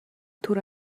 түр